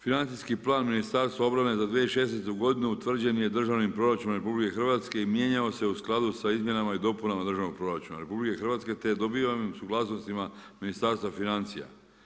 Financijski plan Ministarstva obrane za 2016. godinu utvrđen je državnim proračunom RH i mijenjao se u skladu sa izmjenama i dopunama državnog proračuna RH, te je dobivenim suglasnostima Ministarstva financija.